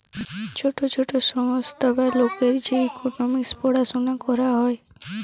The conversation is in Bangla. ছোট ছোট সংস্থা বা লোকের যে ইকোনোমিক্স পড়াশুনা করা হয়